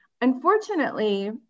Unfortunately